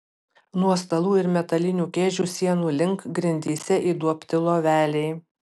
nuo stalų ir metalinių kėdžių sienų link grindyse įduobti loveliai